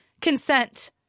consent